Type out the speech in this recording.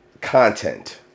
Content